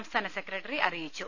സംസ്ഥാന് secretary അറിയിച്ചു